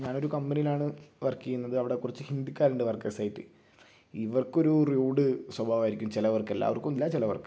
ഞാനൊരു കമ്പനിലാണ് വർക്ക് ചെയ്യുന്നത് അവിടെ കുറച്ച് ഹിന്ദിക്കാരുണ്ട് വർക്കേഴ്സായിട്ട് ഇവർക്കൊരു റൂഡ് സ്വഭാവമായിരിക്കും ചിലവർക്ക് എല്ലാവർക്കും ഇല്ല ചിലവർക്ക്